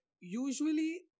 usually